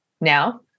now